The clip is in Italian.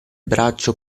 braccio